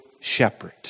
shepherd